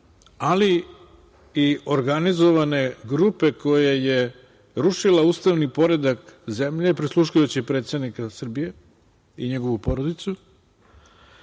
ali i organizovane grupe koja je rušila ustavni poredak zemlje, prisluškujući predsednika Srbije i njegovu porodicu. Pa